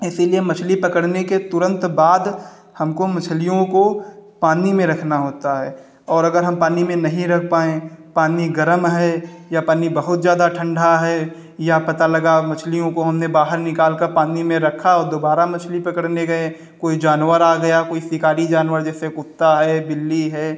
इसीलिए मछली पकड़ने के तुरंत बाद हमको मछलियों को पानी में रखना होता है और अगर हम पानी में नहीं रख पाएँ पानी गरम है या पानी बहुत ज़्यादा ठंडा है या पता लगा मछलियों को हमने बाहर निकालकर पानी में रखा और दोबारा मछली पकड़ने गए कोई जानवर आ गया कोई शिकारी जानवर जैसे कुत्ता है बिल्ली है